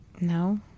no